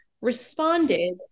responded